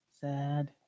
sad